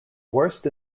worst